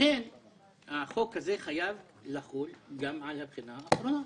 ולכן החוק הזה חייב לחול גם על הבחינה האחרונה.